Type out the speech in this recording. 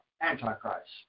Antichrist